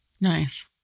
Nice